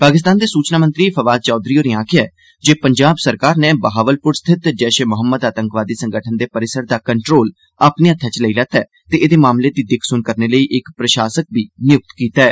पाकिस्तान दे सूचना मंत्री फवाद चौधरी होरें आक्खेया ऐ जे पंजाब सरकार नै बहावलपुर स्थित जैश ए मोहम्मद आतंकी संगठन दे परिसर दा कंट्रोल अपने हत्थै च लेई लैता ऐ ते एदे मामलें दी दिक्खसुन करने लेई इक प्रशासक बी निय्क्त कीता ऐ